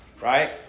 Right